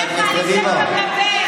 אולי זוהי דרכך, זוהי לא דרכי.